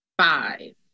five